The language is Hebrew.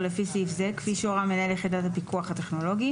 לפי סעיף זה כפי שהורה מנהל יחידת הפיקוח הטכנולוגי,